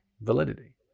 validity